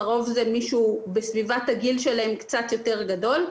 לרוב זה מישהו בסביבת הגיל שלהם קצת יותר גדול,